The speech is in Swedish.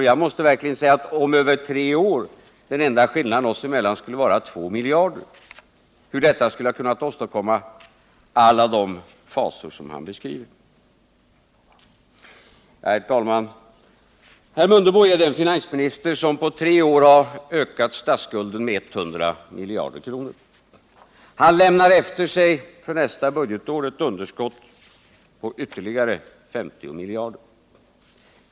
Om den enda skillnaden mellan oss över tre år är 2 miljarder, undrar jag hur detta skulle ha kunnat åstadkomma alla de fasor som herr Mundebo har beskrivit. Herr talman! Herr Mundebo är den finansminister som på tre år har ökat statsskulden med 100 miljarder. Han lämnar för nästa budgetår efter sig ett underskott på ytterligare 50 miljarder.